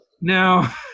Now